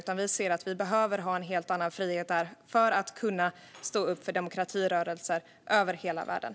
Vi anser att vi behöver ha en helt annan frihet för att kunna stå upp för demokratirörelser i hela världen.